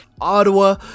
Ottawa